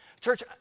Church